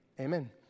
Amen